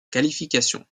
qualification